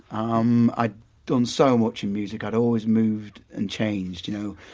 um i'd done so much in music, i'd always moved and changed, you know,